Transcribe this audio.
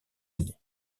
unis